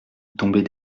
tombée